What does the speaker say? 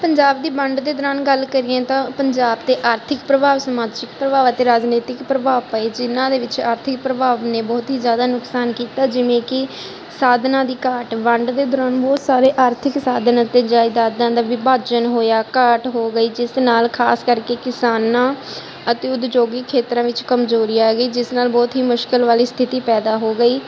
ਪੰਜਾਬ ਦੀ ਵੰਡ ਦੇ ਦੌਰਾਨ ਗੱਲ ਕਰੀਏ ਤਾਂ ਪੰਜਾਬ ਦੇ ਆਰਥਿਕ ਪ੍ਰਭਾਵ ਸਮਾਜਿਕ ਪ੍ਰਭਾਵ ਅਤੇ ਰਾਜਨੀਤਿਕ ਪ੍ਰਭਾਵ ਪਏ ਜਿਹਨਾਂ ਦੇ ਵਿੱਚ ਆਰਥਿਕ ਪ੍ਰਭਾਵ ਨੇ ਬਹੁਤ ਹੀ ਜ਼ਿਆਦਾ ਨੁਕਸਾਨ ਕੀਤਾ ਜਿਵੇਂ ਕਿ ਸਾਧਨਾਂ ਦੀ ਘਾਟ ਵੰਡ ਦੇ ਦੌਰਾਨ ਬਹੁਤ ਸਾਰੇ ਆਰਥਿਕ ਸਾਧਨ ਅਤੇ ਜਾਇਦਾਦਾਂ ਦਾ ਵਿਭਾਜਨ ਹੋਇਆ ਘਾਟ ਹੋ ਗਈ ਜਿਸ ਦੇ ਨਾਲ ਖ਼ਾਸ ਕਰਕੇ ਕਿਸਾਨਾਂ ਅਤੇ ਉਦਯੋਗਿਕ ਖੇਤਰਾਂ ਵਿੱਚ ਕਮਜ਼ੋਰੀ ਆ ਗਈ ਜਿਸ ਨਾਲ ਬਹੁਤ ਹੀ ਮੁਸ਼ਕਿਲ ਵਾਲੀ ਸਥਿਤੀ ਪੈਦਾ ਹੋ ਗਈ